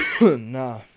nah